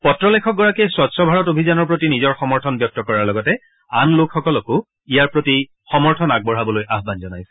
পত্ৰ লেখক গৰাকীয়ে স্বছ্ ভাৰত অভিযানৰ প্ৰতি নিজৰ সমৰ্থন ব্যক্ত কৰাৰ লগতে আন লোকসকলকো ইয়াৰ প্ৰতি সমৰ্থন আগবঢ়াবলৈ আহ্বান জনাইছিল